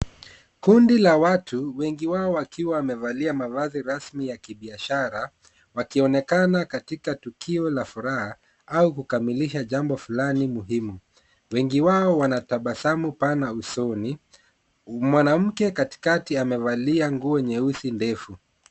Kundi la watu wengi wao wakiwa wamevalia mavazi rasmi ya kibiashara, wakionekana katika tukio la furaha au kukamilisha jambo fulani muhimu. Wengi wao wanatabasamu pana usoni, mwanamke katikati amevalia nguo nyeusi ndefu.